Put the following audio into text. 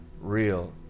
real